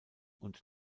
und